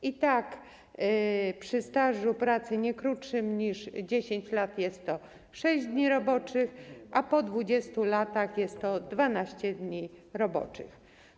I tak przy stażu pracy nie krótszym niż 10 lat jest to 6 dni roboczych, a po 20 latach jest to 12 dni roboczych.